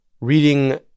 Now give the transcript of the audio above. reading